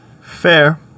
Fair